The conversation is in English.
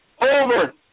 over